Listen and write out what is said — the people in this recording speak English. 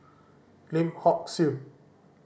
Lim Hock Siew